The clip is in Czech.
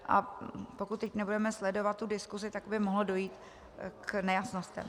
A pokud teď nebudeme sledovat diskusi, tak by mohlo dojít k nejasnostem.